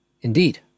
Indeed